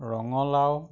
ৰঙালাও